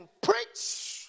preach